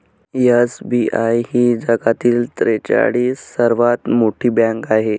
SBI ही जगातील त्रेचाळीस सर्वात मोठी बँक आहे